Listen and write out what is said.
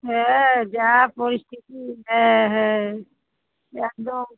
হ্যাঁ যা পরিস্থিতি হ্যাঁ হ্যাঁ একদম